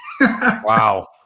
Wow